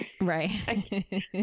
Right